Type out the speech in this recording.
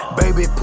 baby